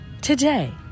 today